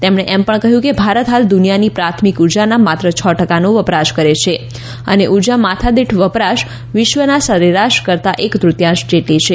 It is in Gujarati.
તેમણે એમ પણ કહ્યું કે ભારત હાલ દુનિયાની પ્રાથમિક ઉર્જાના માત્ર છ ટકા નો વપરાશ કરે છે અને ઉર્જા માથાદીઠ વપરાશ વિશ્વના સરેરાશ કરતાં એક તૃત્યાંશ જેટલી છે